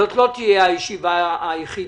זאת לא תהיה הישיבה היחידה.